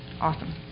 awesome